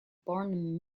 born